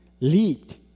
leaped